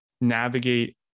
navigate